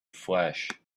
flesh